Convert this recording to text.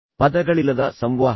ಪದಗಳಿಲ್ಲದ ಸಂವಹನ